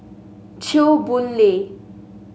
Chew Boon Lay